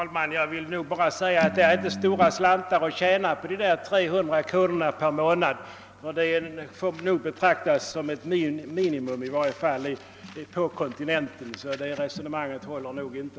Herr talman! Det är inte stora pengar att tjäna på de 300 kronorna per månad. Denna summa får betraktas som ett minimum, i varje fall på kontinenten. Herr Svennings resonemang håller alltså inte.